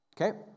Okay